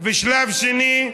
ושלב שני: